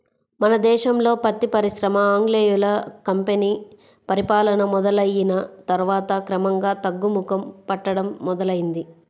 మన దేశంలో పత్తి పరిశ్రమ ఆంగ్లేయుల కంపెనీ పరిపాలన మొదలయ్యిన తర్వాత క్రమంగా తగ్గుముఖం పట్టడం మొదలైంది